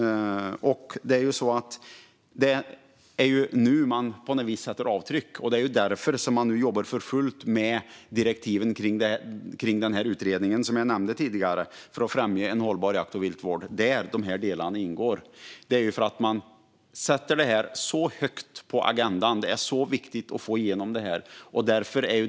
Det är nu man på något vis sätter avtryck. Det är därför man jobbar för fullt med direktiven till utredningen som jag nämnde tidigare för att främja en hållbar jakt och viltvård. Det är där delarna ingår. Man sätter det så högt på agendan; det är så viktigt att få igenom det.